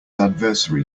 adversary